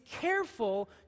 careful